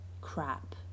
crap